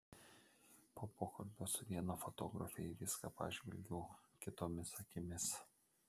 po pokalbio su viena fotografe į viską pažvelgiau kitomis akimis